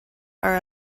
are